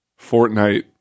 Fortnite